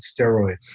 steroids